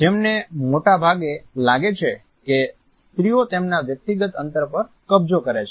જેમને મોટે ભાગે લાગે છે કે સ્ત્રીઓ તેમના વ્યક્તિગત અંતર પર કબજો કરે છે